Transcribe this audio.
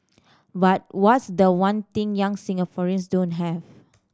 but what's the one thing young Singaporeans don't have